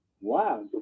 Wow